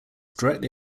directly